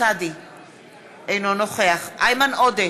אינו נוכח אוסאמה סעדי,